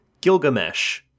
Gilgamesh